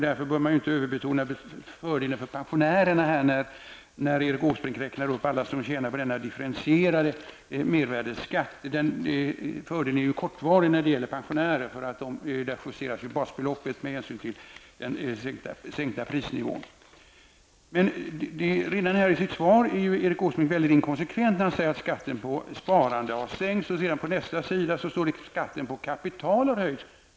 Därför bör man inte överbetona fördelen för pensionärerna med en differentierad mervärdeskatt -- Erik Åsbrink räknade ju upp alla som tjänar på en differentierad mervärdeskatt. Fördelen för pensionärerna är kortvarig -- där justeras basbeloppet med hänsyn till den sänkta prisnivån. Redan i sitt svar är Erik Åsbrink inkonsekvent. Han säger att skatten på sparande har sänkts, men på nästa sida i svaret säger han att skatten på kapital har höjts.